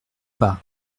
pas